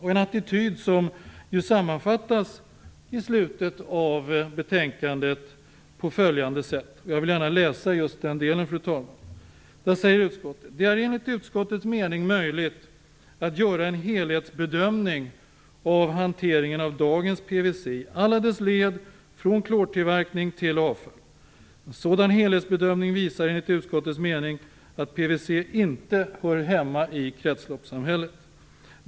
Det är en attityd som i slutet av betänkandet sammanfattas på följande sätt: "Det är enligt utskottets mening möjligt att göra en helhetsbedömning av hanteringen av dagens PVC i alla dess led från klortillverkning till avfall. En sådan helhetsbedömning visar enligt utskottets mening att PVC inte hör hemma i kretsloppssamhället.